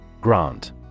Grant